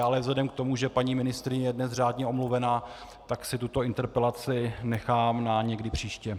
Ale vzhledem k tomu, že paní ministryně je dnes řádně omluvená, tak si tuto interpelaci nechám na někdy příště.